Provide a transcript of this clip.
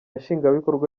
nshingwabikorwa